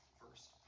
first